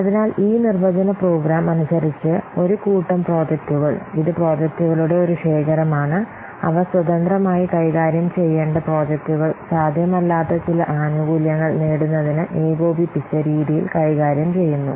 അതിനാൽ ഈ നിർവചന പ്രോഗ്രാം അനുസരിച്ച് ഒരു കൂട്ടം പ്രോജക്റ്റുകൾ ഇത് പ്രോജക്റ്റുകളുടെ ഒരു ശേഖരമാണ് അവ സ്വതന്ത്രമായി കൈകാര്യം ചെയ്യേണ്ട പ്രോജക്ടുകൾ സാധ്യമല്ലാത്ത ചില ആനുകൂല്യങ്ങൾ നേടുന്നതിന് ഏകോപിപ്പിച്ച രീതിയിൽ കൈകാര്യം ചെയ്യുന്നു